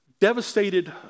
devastated